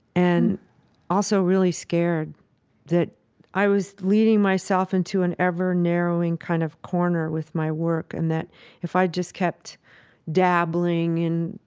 and also really scared that i was leading myself into an ever-narrowing kind of corner with my work and that if i just kept dabbling in,